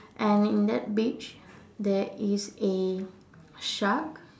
and in that beach there is a shark